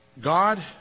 God